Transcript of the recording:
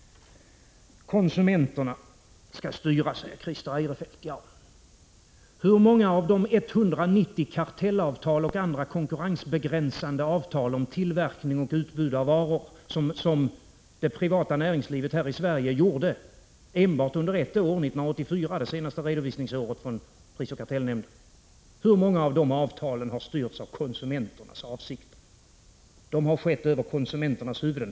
Konsumenterna skall styra, säger Christer Eirefelt. Hur många av de 190 kartellavtal och andra konkurrensbegränsande avtal om tillverkning och utbud av varor som det privata näringslivet här i Sverige träffade enbart under ett år, 1984, det senaste redovisningsåret från prisoch kartellnämnden, har styrts av konsumenternas intressen? De har träffats över konsumenternas huvuden.